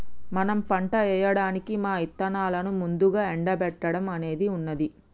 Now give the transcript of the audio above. మనం పంట ఏయడానికి మా ఇత్తనాలను ముందుగా ఎండబెట్టడం అనేది ఉన్నది